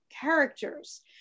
characters